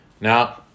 Now